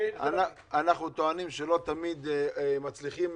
אנחנו טוענים שלא תמיד מצליחים,